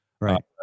Right